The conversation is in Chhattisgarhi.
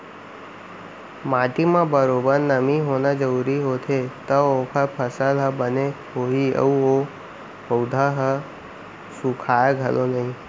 माटी म बरोबर नमी होना जरूरी होथे तव ओकर फसल ह बने होही अउ ओ पउधा ह सुखाय घलौ नई